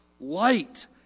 Light